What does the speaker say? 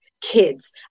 kids